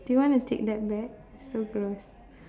do you wanna take that back so gross